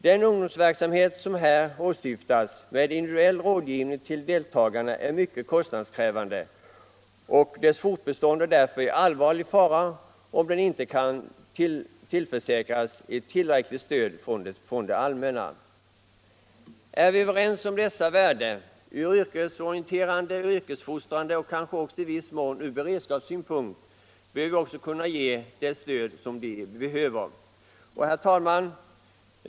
Den ungdomsverksamhet som här åsyftas med individuell rådgivning till deltagarna är mycket kostnadskrävande, och dess fortbestånd är därför i allvarlig fara om den inte kan tillförsäkras ett tillräckligt stöd från det allmänna. Är vi överens om verksamhetens värde ur yrkesorienterande och yrkesfostrande synpunkt och kanske också i viss mån ur beredskapssynpunkt, bör vi också kunna ge den det stöd den behöver. Herr talman!